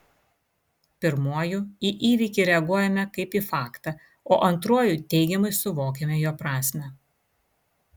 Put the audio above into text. pirmuoju į įvykį reaguojame kaip į faktą o antruoju teigiamai suvokiame jo prasmę